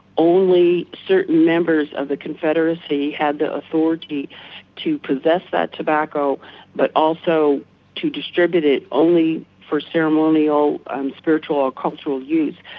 only certain members of the confederacy had authority to possess that tobacco but also to distribute it only for ceremonial and spiritual or cultural use.